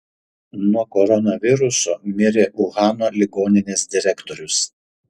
nuo koronaviruso mirė uhano ligoninės direktorius